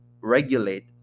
regulate